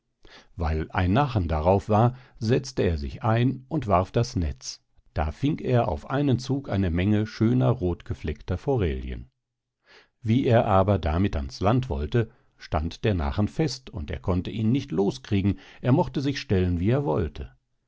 weil ein nachen darauf war setzte er sich ein und warf das netz da fing er auf einen zug eine menge schöner rothgefleckter forelien wie er aber damit ans land wollte stand der nachen fest und er konnte ihn nicht los kriegen er mochte sich stellen wie er wollte